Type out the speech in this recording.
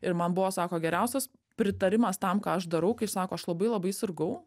ir man buvo sako geriausias pritarimas tam ką aš darau kai sako aš labai labai sirgau